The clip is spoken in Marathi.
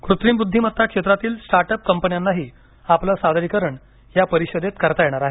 कृत्रिम बुद्धीमत्ता क्षेत्रातील स्टार्टअप कंपन्याही आपले सादरीकरण या परिषदेत करणार आहेत